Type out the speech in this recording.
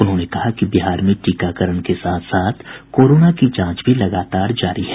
उन्होंने कहा कि बिहार में टीकाकरण के साथ साथ कोरोना की जांच भी लगातार जारी है